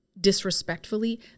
disrespectfully